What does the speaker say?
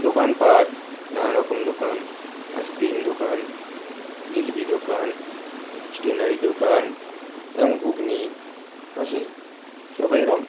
দোকান পাঠ নানান রকম দোকান আইসক্রিম দোকান জিলিপি দোকান স্টেনারি দোকান এবং ঘুগনি আছে সব এরম